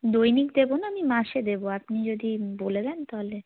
দৈনিক দেব না আমি মাসে দেব আপনি যদি বলে দেন তাহলে